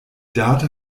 data